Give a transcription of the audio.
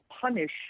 punish